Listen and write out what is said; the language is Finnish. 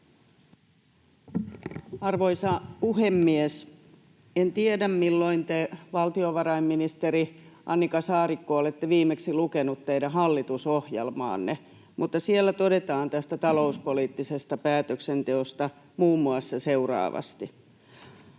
Arvoisa puhemies! En tiedä, milloin te, valtiovarainministeri Annika Saarikko, olette viimeksi lukenut teidän hallitusohjelmaanne, mutta siellä todetaan tästä talouspoliittisesta päätöksenteosta muun muassa seuraavasti: